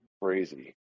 Crazy